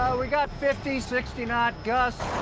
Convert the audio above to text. we got fifty, sixty knot gusts.